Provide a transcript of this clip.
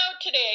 today